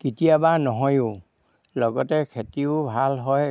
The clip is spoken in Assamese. কেতিয়াবা নহয়ো লগতে খেতিও ভাল হয়